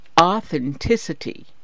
authenticity